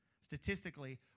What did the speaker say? statistically